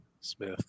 Smith